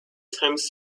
times